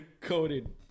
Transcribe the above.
coated